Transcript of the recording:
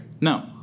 No